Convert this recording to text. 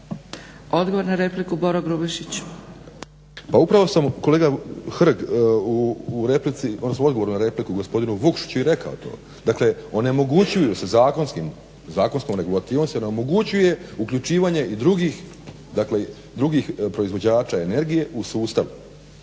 **Grubišić, Boro (HDSSB)** Pa upravo sam kolega Hrg u odgovoru na repliku gospodinu Vukšiću i rekao to, dakle onemogućuju se zakonskom regulativom se ne omogućuje uključivanje i drugih proizvođača energije u sustav.